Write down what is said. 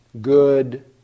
good